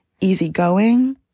easygoing